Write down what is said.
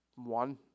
One